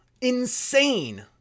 insane